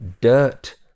dirt